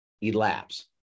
elapse